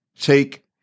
take